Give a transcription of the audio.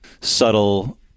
subtle